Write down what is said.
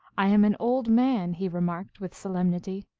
i am an old man, he re marked with solemnity,